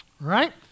right